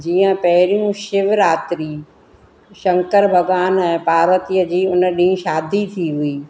जीअं पहिरियों शिवरात्रि शंकर भॻवान ऐं पार्वतीअ जी उन ॾींहुं शादी थी हुई